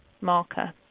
marker